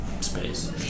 space